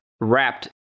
wrapped